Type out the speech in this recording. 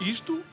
Isto